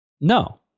No